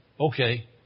okay